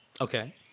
Okay